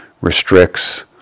restricts